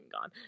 gone